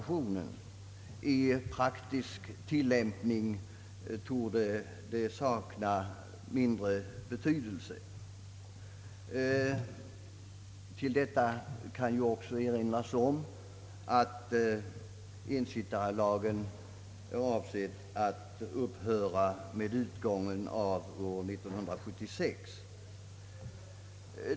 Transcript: I praktisk tillämpning torde detta sakna betydelse. Jag kan också erinra om att ensittarlagen var avsedd att upphöra med utgången av år 1976.